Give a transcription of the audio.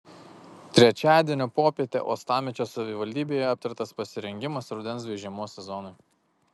trečiadienio popietę uostamiesčio savivaldybėje aptartas pasirengimas rudens bei žiemos sezonui